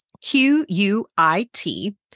Q-U-I-T